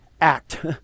act